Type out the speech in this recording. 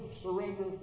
surrender